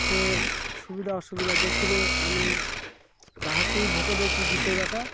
ସେ ସୁବିଧା ଅସୁବିଧା ଦେଖିବେ ଆମେ ତାହାକୁ ବି ଭୋଟ୍ ଦେଖି ଜିତେଇବାଟା